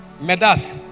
Medas